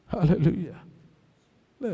Hallelujah